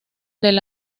del